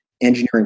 engineering